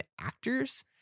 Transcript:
actors